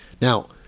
Now